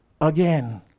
again